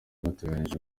bateraniye